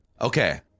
Okay